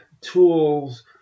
tools